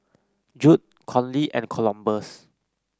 Judd Conley and Columbus